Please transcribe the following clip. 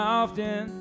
often